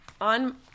on